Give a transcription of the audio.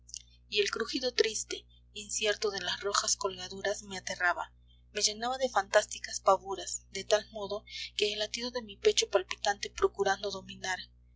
el crujido triste incierto de las rojas colgaduras me aterraba me llenaba de fantásticas pavuras de tal modo que el latido de mi pecho palpitante procurando dominar